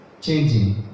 changing